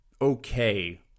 okay